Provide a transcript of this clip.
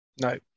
No